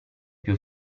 più